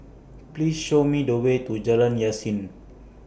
Please Show Me The Way to Jalan Yasin